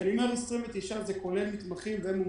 כשאני אומר 29, זה כולל מתמחים ומומחים.